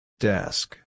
Desk